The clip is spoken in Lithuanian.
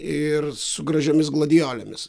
ir su gražiomis gladijolėmis